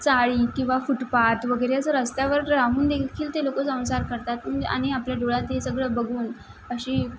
चाळी किंवा फुटपात वगैरे असं रस्त्यावर राहून देखील ते लोकं संसार करतात आणि आपल्या डोळ्यात हे सगळं बघून अशी